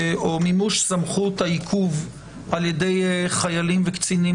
או מימוש סמכות העיכוב על ידי חיילים וקצינים